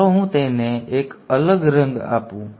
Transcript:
ચાલો હું તેને એક અલગ રંગ આપું